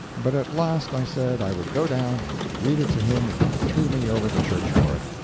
but at last i said i would go down and read it to him if he threw me over the church for it.